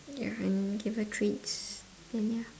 ya and give a treats and ya